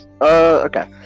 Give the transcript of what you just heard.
okay